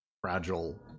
fragile